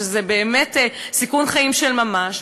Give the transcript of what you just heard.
שזה באמת סיכון חיים של ממש,